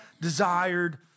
desired